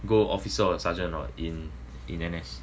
go officer or sergeant or not in in N_S